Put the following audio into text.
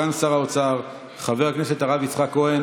חבר הכנסת טיבי,